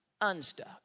unstuck